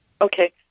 Okay